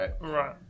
right